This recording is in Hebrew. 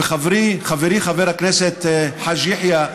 וחברי חבר הכנסת חאג' יחיא,